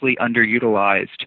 underutilized